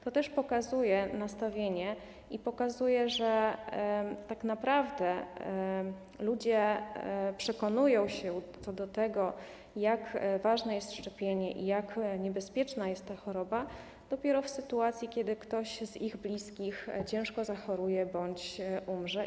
To też pokazuje nastawienie i to, że tak naprawdę ludzie przekonują się co do tego, jak ważne jest szczepienie i jak niebezpieczna jest ta choroba, dopiero w sytuacji, kiedy ktoś z ich bliskich ciężko zachoruje bądź umrze.